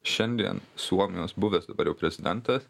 šiandien suomijos buvęs dabar jau prezidentas